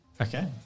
Okay